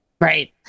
Right